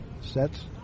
Sets